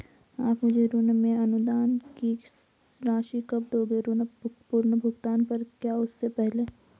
आप मुझे ऋण में अनुदान की राशि कब दोगे ऋण पूर्ण भुगतान पर या उससे पहले?